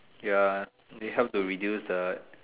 ya it help to reduce the